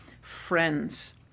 friends